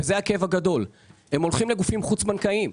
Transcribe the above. הם הולכים לגופים חוץ בנקאיים.